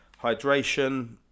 hydration